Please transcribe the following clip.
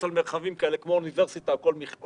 על מרחבים כאלה כמו שיש באוניברסיטה או במכללה.